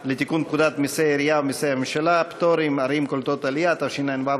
לתיקון פקודת מסי העירייה ומסי הממשלה (פטורין) (ערים קולטות עלייה) מה?